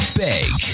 big